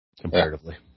comparatively